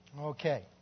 Okay